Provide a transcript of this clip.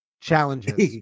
challenges